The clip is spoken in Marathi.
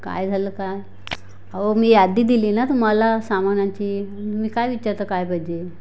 काय झालं काय अहो मी यादी दिली ना तुम्हाला सामानाची तुम्ही काय विचारता काय पाहिजे